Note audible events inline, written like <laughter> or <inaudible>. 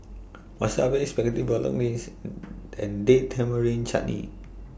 Wasabi Spaghetti Bolognese <hesitation> and Date Tamarind Chutney